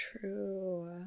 True